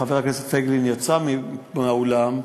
חבר הכנסת פייגלין יצא מן האולם,